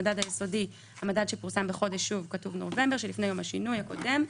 המדד היסודי המדד שפורסם בחודש נובמבר שלפני יום השינוי הקודם.